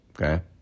Okay